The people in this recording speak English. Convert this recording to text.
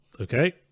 Okay